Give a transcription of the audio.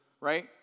right